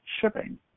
shipping